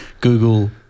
Google